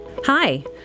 Hi